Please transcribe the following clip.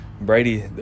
Brady